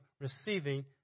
receiving